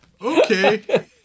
Okay